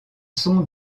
sont